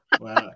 Wow